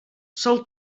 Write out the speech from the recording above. sol